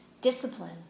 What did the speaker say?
discipline